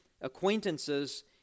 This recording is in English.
acquaintances